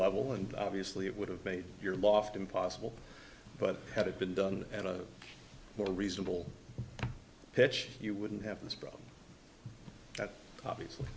level and obviously it would have made your loft impossible but had it been done at a more reasonable pitch you wouldn't have this problem that obviously